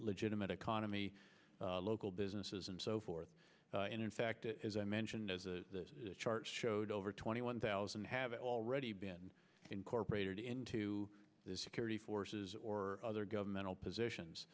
legitimate economy local businesses and so forth and in fact as i mentioned as a chart showed over twenty one thousand have already been incorporated into the security forces or other governmental positions